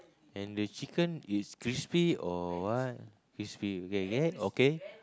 and the chicken is crispy or what crispy okay okay okay